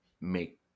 make